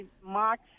March